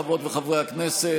חברות וחברי הכנסת,